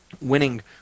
winning